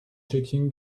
checking